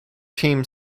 team